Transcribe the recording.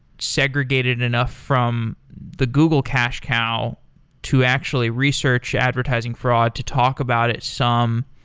segregated enough from the google cash cow to actually research advertising fraud to talk about it some.